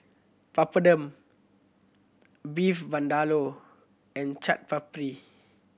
Papadum Beef Vindaloo and Chaat Papri